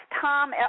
Tom